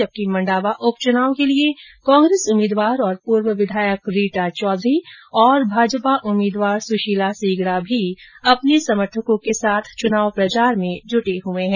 जबकि मंडावा उपचुनाव के लिए कांग्रेस उम्मीदवार और पूर्व विधायक रीटा चौधरी और भाजपा उम्मीदवार सुशीला सीगड़ा भी अपने समर्थकों के साथ चुनाव प्रचार में जुटे हुए है